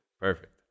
Perfect